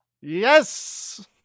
yes